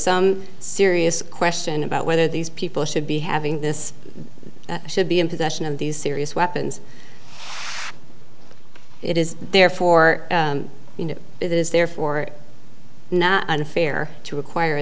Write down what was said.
some serious question about whether these people should be having this should be in possession of these serious weapons it is therefore it is therefore not unfair to require